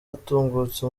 atungutse